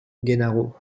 gennaro